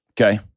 Okay